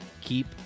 keep